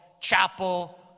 Chapel